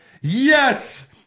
yes